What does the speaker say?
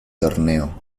torneo